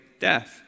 death